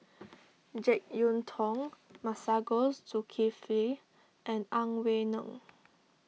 Jek Yeun Thong Masagos Zulkifli and Ang Wei Neng